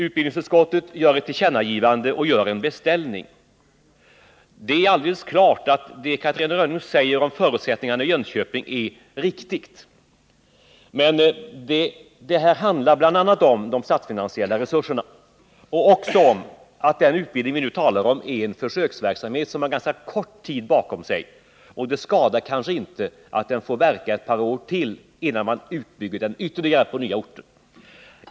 Utbildningsutskottet gör ett tillkännagivande och en beställning. Vad Catarina Rönnung säger om förutsättningarna i Jönköping är helt riktigt, men här handlar det bl.a. om de statsfinansiella resurserna. Dessutom är den utbildning som vi nu talar om en försöksverksamhet som har ganska kort tid bakom sig. Det skadar kanske därför inte att den får verka ett par år till innan vi bygger ut den ytterligare på nya orter.